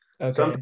Okay